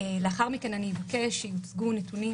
לאחר מכן אבקש שיוצגו נתונים,